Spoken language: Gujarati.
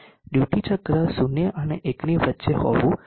ડ્યુટી ચક્ર 0 અને 1 ની વચ્ચે હોવું જોઈએ